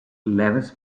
lewes